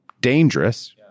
dangerous